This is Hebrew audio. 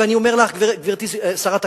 ואני אומר לך, גברתי שרת הקליטה,